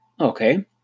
okay